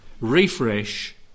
refresh